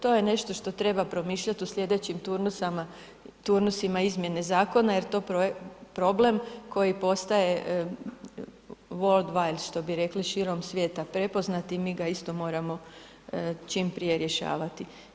To je nešto što treba promišljati u sljedećim turnusima izmjene zakona jer to je problem koji postaje world wide, što bi rekli širom svijeta prepoznati, mi ga isto moramo čim prije rješavati.